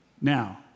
Now